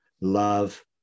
Love